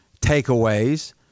Takeaways